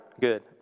Good